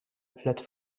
plate